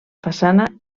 façana